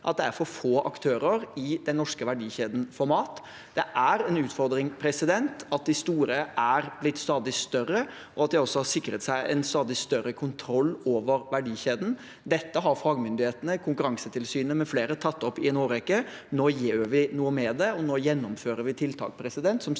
at det er for få aktører i den norske verdikjeden for mat. Det er en utfordring at de store er blitt stadig større, og at de også har sikret seg en stadig større kontroll over verdikjeden. Dette har fagmyndighetene, Konkurransetilsynet mfl., tatt opp i en årrekke. Nå gjør vi noe med det, og nå gjennomfører vi tiltak som strengt